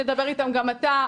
תדבר איתם גם אתה,